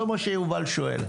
זה מה שיובל שואל.